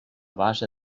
base